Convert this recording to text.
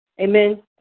Amen